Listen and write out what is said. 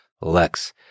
LEX